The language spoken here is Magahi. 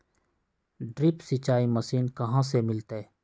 ड्रिप सिंचाई मशीन कहाँ से मिलतै?